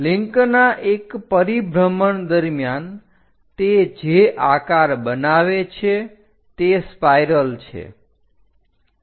લિન્કના એક પરિભ્રમણ દરમ્યાન તે જે આકાર બનાવે છે તે સ્પાઇરલ છે